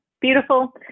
Beautiful